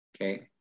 Okay